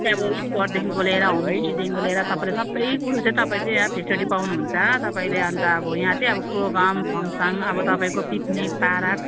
त्यहाँ अब स्पटदेखिको लिएर होमस्टेदेखिको लिएर तपाईँले सबै कुरो चाहिँ तपाईँ चाहिँ यहाँ फेसिलिटी पाउनुहुन्छ तपाईँले अन्त अब यहाँ चाहिँ अब प्रोगाम फङसन अब तपाईँको पिकनिक पार्क